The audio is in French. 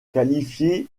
qualifiés